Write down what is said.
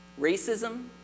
racism